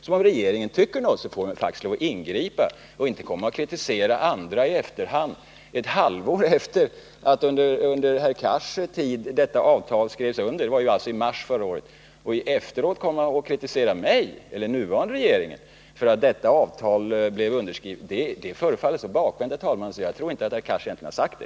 Men tycker regeringen annorlunda får den faktiskt lov att ingripa och inte komma och kritisera andra i efterhand. Det var ju under Hadar Cars tid, i mars förra året, som detta avtal skrevs under. Att efteråt komma och kritisera mig eller den nuvarande regeringen för att detta avtal skrevs under förefaller så bakvänt, herr talman, att jag inte tror att Hadar Cars har gjort detta uttalande.